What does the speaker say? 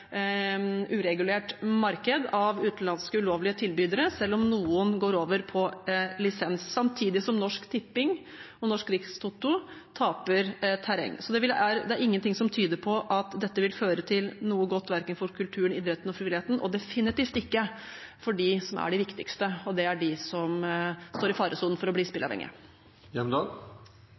uregulert marked av utenlandske ulovlige tilbydere, selv om noen går over på lisens, samtidig som Norsk Tipping og Norsk Rikstoto taper terreng. Så det er ingenting som tyder på at dette vil føre til noe godt verken for kulturen, idretten eller frivilligheten, og definitivt ikke for dem som er de viktigste, og det er de som står i faresonen for å bli